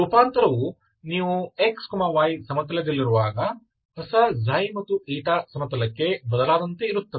ರೂಪಾಂತರವು ನೀವು x y ಸಮತಲದಲ್ಲಿರುವಾಗ ಹೊಸ ξ ಮತ್ತು η ಸಮತಲಕ್ಕೆ ಬದಲಾದಂತೆ ಇರುತ್ತದೆ